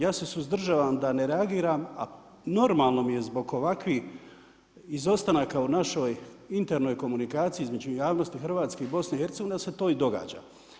Ja se suzdržavam da ne reagiram, a normalno mi je zbog ovakvih izostanaka u našoj internoj komunikaciji, između javnosti hrvatske i Bosne i Hercegovine da se to i događa.